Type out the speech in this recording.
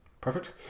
Perfect